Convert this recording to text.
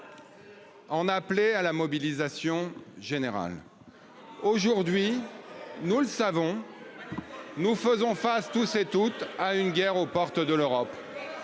a appelé à la mobilisation générale. Aujourd'hui, nous le savons. Nous faisons face tous et toutes à une guerre aux portes de l'Europe.